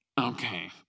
okay